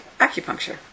acupuncture